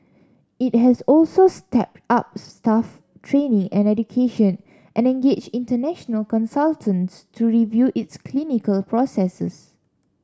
it has also stepped up staff training and education and engaged international consultants to review its clinical processes